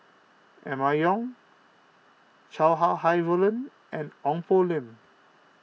Emma Yong Chow Sau Hai Roland and Ong Poh Lim